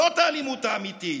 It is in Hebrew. זאת האלימות האמיתית.